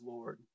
Lord